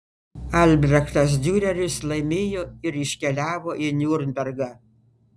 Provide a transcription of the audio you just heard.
albrechtas diureris laimėjo ir iškeliavo į niurnbergą